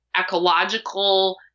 ecological